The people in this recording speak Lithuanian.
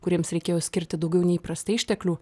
kuriems reikėjo skirti daugiau nei įprastai išteklių